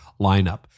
lineup